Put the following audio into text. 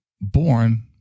born